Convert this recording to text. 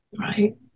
Right